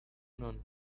none